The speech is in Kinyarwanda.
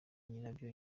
nyirabyo